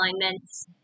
alignments